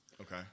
Okay